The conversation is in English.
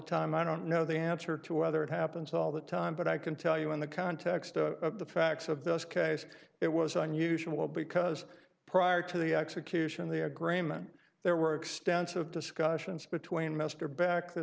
time i don't know the answer to whether it happens all the time but i can tell you in the context of the facts of this case it was unusual because prior to the execution of the agreement there were extensive discussions between mr back the